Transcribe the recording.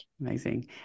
Amazing